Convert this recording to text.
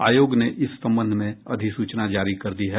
आयोग ने इस संबंध में अधिसूचना जारी कर दी है